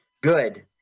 Good